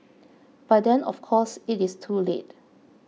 by then of course it is too late